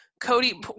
cody